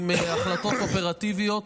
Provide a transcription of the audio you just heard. עם החלטות אופרטיביות,